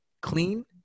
clean